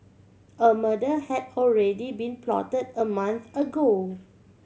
a murder had already been plot a month ago